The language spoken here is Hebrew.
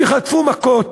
שחטפו מכות,